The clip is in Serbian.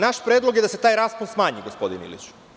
Naš predlog je da se raspon smanji, gospodine Iliću.